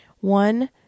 One